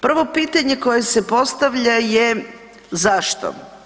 Prvo pitanje koje se postavlja je zašto.